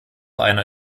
einer